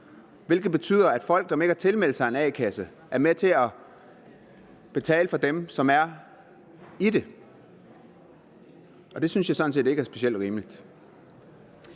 hvilket betyder, at folk, som ikke har tilmeldt sig en a-kasse, er med til at betale for dem, som er i en, og det synes jeg sådan set ikke er specielt rimeligt.